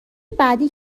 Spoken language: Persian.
بعدی